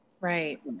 Right